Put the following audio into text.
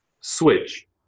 switch